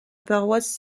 paroisse